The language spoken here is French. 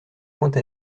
pointe